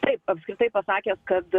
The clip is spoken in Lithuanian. taip apskritai pasakęs kad